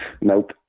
Nope